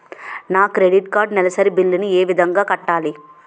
నా credit card నెలసరి bill ని ఏ విధంగా కట్టాలి?